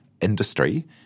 industry